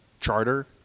charter